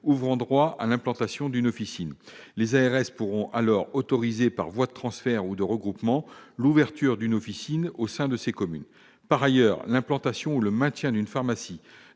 ouvrant droit à l'implantation d'une officine. Les ARS pourront alors autoriser, par voie de transfert ou de regroupement, l'ouverture d'une officine au sein de ces communes. Par ailleurs, l'implantation ou le maintien d'une pharmacie